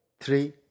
three